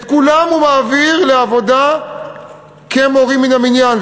את כולם הוא מעביר לעבודה כמורים מן המניין.